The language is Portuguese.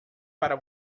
para